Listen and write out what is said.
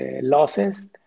losses